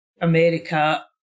America